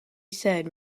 said